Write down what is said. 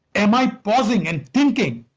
am i pausing and thinking,